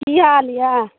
की हाल यऽ